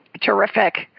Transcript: Terrific